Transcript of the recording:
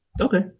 Okay